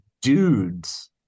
dudes